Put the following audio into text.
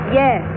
yes